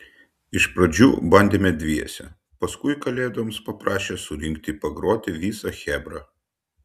iš pradžių bandėme dviese paskui kalėdoms paprašė surinkti pagroti visą chebrą